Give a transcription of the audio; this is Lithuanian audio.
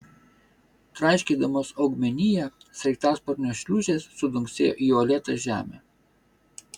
traiškydamos augmeniją sraigtasparnio šliūžės sudunksėjo į uolėtą žemę